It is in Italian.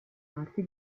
arti